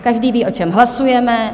Každý ví, o čem hlasujeme.